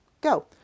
go